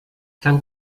tant